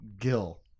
Gil